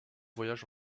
voyages